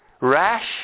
Rash